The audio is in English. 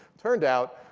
turned out